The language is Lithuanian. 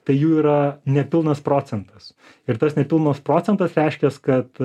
tai jų yra nepilnas procentas ir tas nepilnas procentas reiškias kad